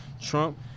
Trump